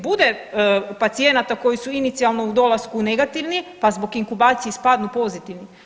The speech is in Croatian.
Bude pacijenata koji su inicijalno u dolasku negativni, pa zbog inkubacije ispadnu pozitivni.